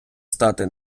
стати